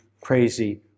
crazy